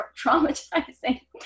traumatizing